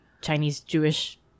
Chinese-Jewish